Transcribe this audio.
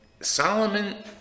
Solomon